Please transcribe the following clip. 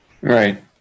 Right